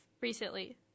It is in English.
recently